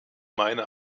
meine